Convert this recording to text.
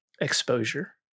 exposure